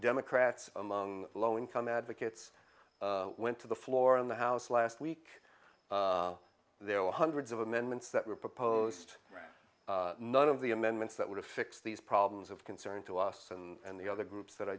democrats among low income advocates went to the floor in the house last week there were hundreds of amendments that were proposed none of the amendments that would have fix these problems of concern to us and the other groups that i